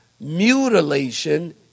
mutilation